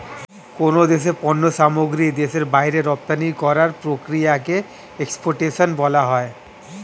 কোন দেশের পণ্য সামগ্রী দেশের বাইরে রপ্তানি করার প্রক্রিয়াকে এক্সপোর্টেশন বলা হয়